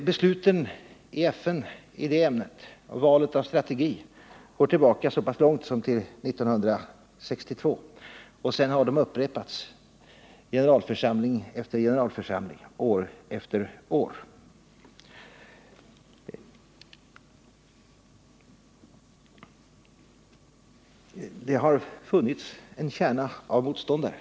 Besluten i FN i det ämnet och valet av strategi går tillbaka så pass långt som till 1962. Sedan har de upprepats generalförsamling efter generalförsamling, år efter år. Det har funnits en kärna av motståndare.